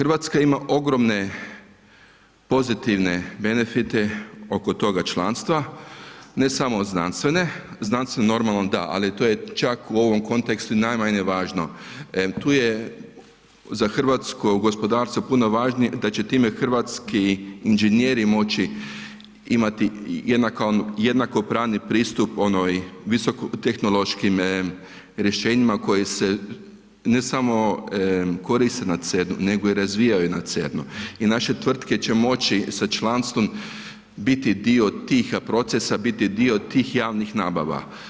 RH ima ogromne pozitivne benefite oko toga članstva, ne samo znanstvene, znanstvene normalno da, ali to je čak u ovom kontekstu najmanje važno, tu je za hrvatsko gospodarstvo puno važnije da će time hrvatski inženjeri moći imati jednako pravni pristup onoj visoko tehnološkim rješenjima koji se ne samo koriste na CERN-u, nego i razvijaju na CERN-u i naše tvrtke će moći sa članstvom biti dio tih procesa, biti dio tih javnih nabava.